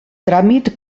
tràmit